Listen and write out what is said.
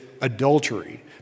adultery